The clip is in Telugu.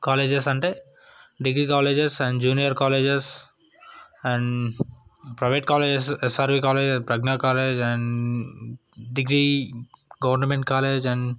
కాలేజెస్ అంటే degree colleges and junior colleges and private colleges SRV college Pragna college and degree government college and